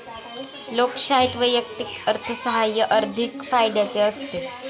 लोकशाहीत वैयक्तिक अर्थसाहाय्य अधिक फायद्याचे असते